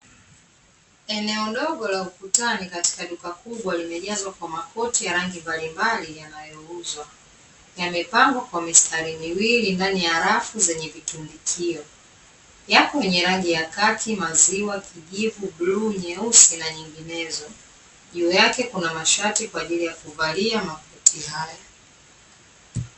Eneo dogo la ukutani katika duka kubwa limejazwa kwa makoti ya rangi mbalimbali yanayouzwa. Yamepangwa kwa mistari miwili ndani ya rafu zenye vitundukio. Yapo yenye rangi ya: khaki, maziwa, kijivu, bluu, nyeusi na nyinginezo. Juu yake kuna mashati kwa ajili ya kuvalia makoti hayo.